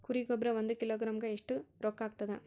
ಕುರಿ ಗೊಬ್ಬರ ಒಂದು ಕಿಲೋಗ್ರಾಂ ಗ ಎಷ್ಟ ರೂಕ್ಕಾಗ್ತದ?